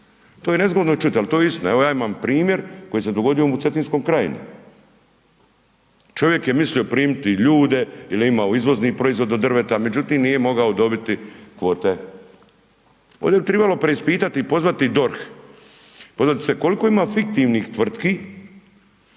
To je nezgodno čut ali to je istina. Evo ja imam primjer koji se dogodio u Cetinskoj krajini. Čovjek je mislio primiti ljude jer je imao izvozni proizvod od drveta međutim nije mogao dobiti kvote. Ovdje bi trebalo preispitati i pozvati DORH, .../Govornik se ne razumije./... koliko ima fiktivnih tvrtki